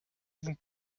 vous